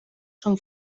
són